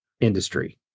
industry